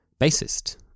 bassist